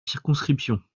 circonscription